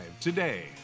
today